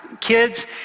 kids